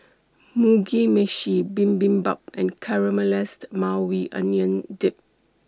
Mugi Meshi Bibimbap and Caramelized Maui Onion Dip